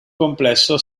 complesso